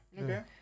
Okay